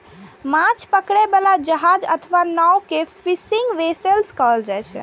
माछ पकड़ै बला जहाज अथवा नाव कें फिशिंग वैसेल्स कहल जाइ छै